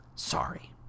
Sorry